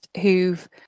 who've